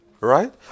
Right